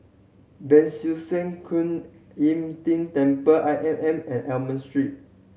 Ban Siew San Kuan Im Tng Temple I M M and Almond Street